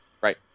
Right